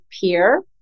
peer